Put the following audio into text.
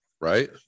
Right